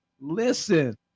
listen